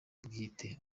bwite